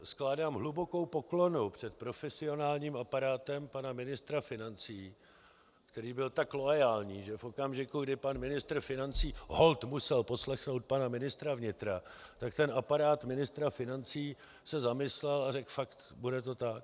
Skládám hlubokou poklonu před profesionálním aparátem pana ministra financí, který byl tak loajální, že v okamžiku, kdy pan ministr financí holt musel poslechnout pana ministra vnitra, tak aparát ministra financí se zamyslel a řekl: fakt, bude to tak.